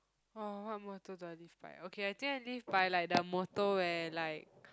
oh what motto do I live by okay I think I live by like the motto where like